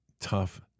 tough